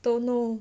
don't know